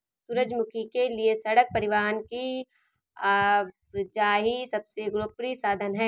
सूरजमुखी के लिए सड़क परिवहन की आवाजाही सबसे लोकप्रिय साधन है